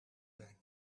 zijn